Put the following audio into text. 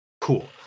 Cool